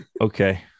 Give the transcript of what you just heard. Okay